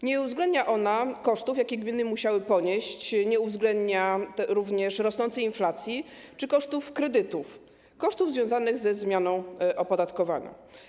Nie uwzględnia się tu kosztów, jakie gminy musiały ponieść, nie uwzględnia się również rosnącej inflacji czy kosztów kredytów, kosztów związanych ze zmianą opodatkowania.